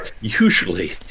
Usually